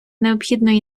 необхідної